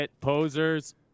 posers